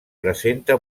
presenta